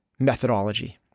Methodology